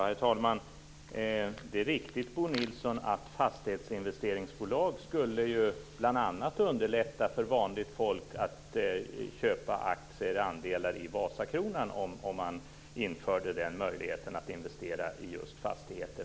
Herr talman! Det är riktigt, Bo Nilsson, att fastighetsinvesteringsbolag skulle bl.a. underlätta för vanligt folk att köpa andelar i Vasakronan om man införde den möjligheten.